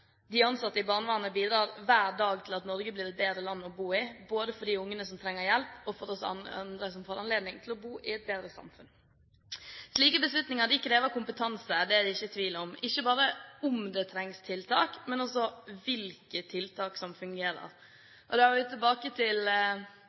De ansatte i barnevernet bidrar hver dag til at Norge blir et bedre land å bo i, både for de ungene som trenger hjelp, og for oss andre, som får anledning til å bo i et bedre samfunn. Slike beslutninger krever kompetanse. Det er det ingen tvil om, ikke bare om det trengs tiltak, men også hvilke tiltak som fungerer.